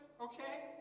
Okay